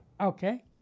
Okay